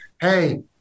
hey